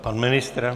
Pan ministr?